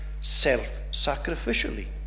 self-sacrificially